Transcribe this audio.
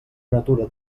natura